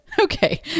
okay